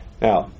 Now